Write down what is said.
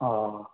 অঁ